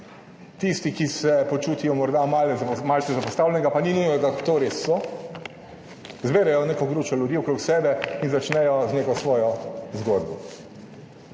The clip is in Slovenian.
tisti, ki se počutijo morda malo malce zapostavljene, pa ni nujno, da to res so, zberejo neko gručo ljudi okrog sebe in začnejo z neko svojo zgodbo.